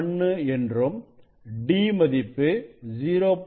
1 என்றும் d மதிப்பு 0